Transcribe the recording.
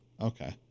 Okay